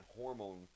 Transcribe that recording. hormone